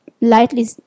lightly